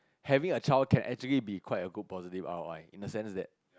having a child can actually be quite a good positive R_O_I in a sense that